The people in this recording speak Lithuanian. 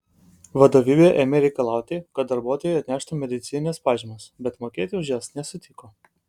vadovybė ėmė reikalauti kad darbuotojai atneštų medicinines pažymas bet mokėti už jas nesutiko